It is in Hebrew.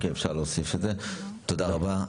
אפשר להוסיף את זה, תודה רבה.